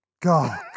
God